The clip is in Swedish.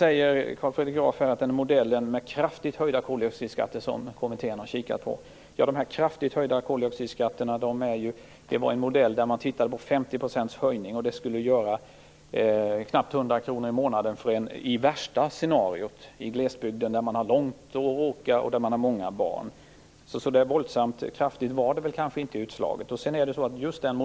Carl Fredrik Graf säger att man i modellen med kraftigt höjda koldioxidskatter, som kommittén har kikat på, utgick från 50 % höjning, vilket skulle göra knappt 100 kr i månaden i det värsta scenariot i glesbygden, med långt att åka och med många barn. Utslaget var kanske inte så våldsamt stort.